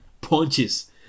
punches